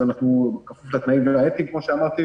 כמו שאמרתי,